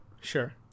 Sure